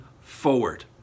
forward